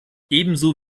ebenso